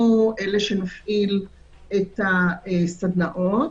אנחנו אלה שנפעיל את הסדנאות.